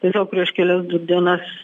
tiesiog prieš kelias dienas